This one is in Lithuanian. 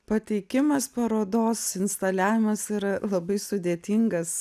pateikimas parodos instaliavimas yra labai sudėtingas